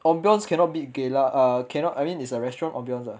ambience cannot beat geylang uh cannot I mean it's a restaurant ambience ah